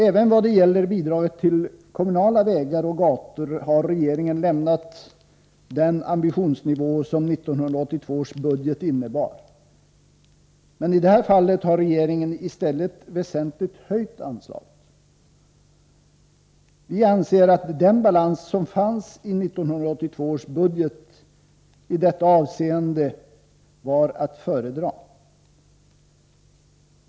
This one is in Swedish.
Även vad det gäller bidraget till kommunala vägar och gator har regeringen lämnat den ambitionsnivå som 1982 års budget innebar, men i detta fall har regeringen i stället väsentligt höjt anslaget. Vi anser att den balans som fanns i 1982 års budget i detta hänseende var att föredra.